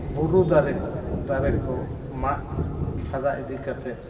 ᱵᱩᱨᱩ ᱫᱟᱨᱮ ᱫᱟᱨᱮ ᱠᱚ ᱢᱟᱜ ᱯᱷᱟᱫᱟ ᱤᱫᱤ ᱠᱟᱛᱮᱫ